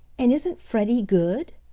and isn't freddie good?